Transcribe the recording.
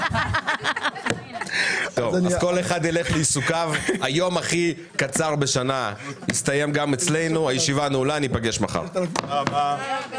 הישיבה ננעלה בשעה 20:45.